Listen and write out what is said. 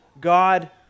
God